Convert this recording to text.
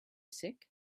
sick